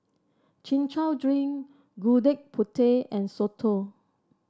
Chin Chow Drink Gudeg Putih and soto